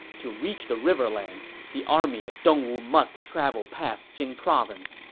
to reach the riverlands, the army of dongwu must travel past jing province.